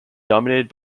dominated